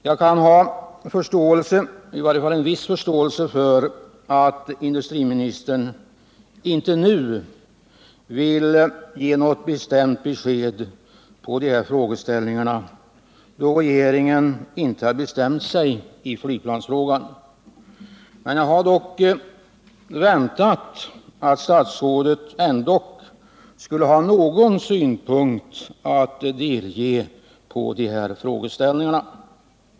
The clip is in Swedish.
Jag kan ha åtminstone en viss förståelse för att industriministern inte nu vill ge något bestämt besked, eftersom regeringen ännu inte har bestämt sig i flygplansfrågan. Jag hade dock väntat att statsrådet skulle ha kunnat ge någon synpunkt på de här frågorna.